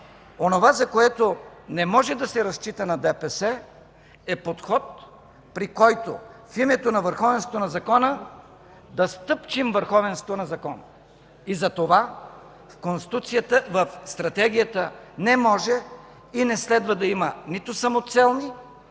Онова, за което не може да се разчита на ДПС, е подход, при който в името на върховенството на закона да стъпчем върховенството на закона и затова Конституцията в Стратегията не може и не следва да има нито самоцелни,